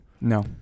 No